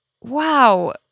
wow